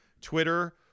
Twitter